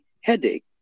headache